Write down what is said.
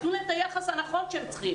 אז תנו להם את היחס הנכון שהם צריכים.